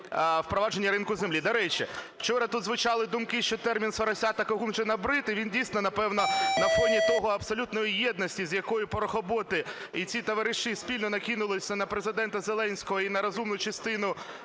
впровадження ринку землі. До речі, вчора тут звучали думки, що термін "соросята" конче набрид, і він, дійсно, напевно, на фоні тої абсолютної єдності, з якою "порохоботи" і ці товариші спільно накинулися на Президента Зеленського і на розумну частину